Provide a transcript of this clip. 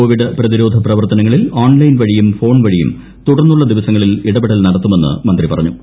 Covid പ്രതിരോധ പ്രവർത്തനങ്ങളിൽ online വഴിയും ഫോൺ വഴിയും തുടർന്നുള്ള ദിവസങ്ങളിൽ ഇടപെടൽ നടത്തുമെന്ന് മന്ത്രി പറഞ്ഞു